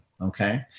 okay